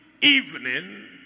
evening